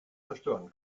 zerstören